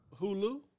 Hulu